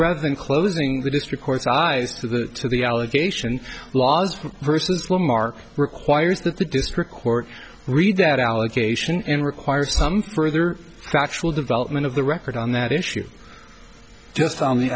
rather than closing the district courts eyes to the to the allegation laws versus what mark requires that the district court read that allegation and require some further factual development of the record on that issue just on the